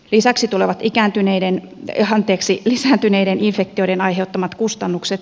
lisäksi tulevat lisääntyneiden infektioiden aiheuttamat kustannukset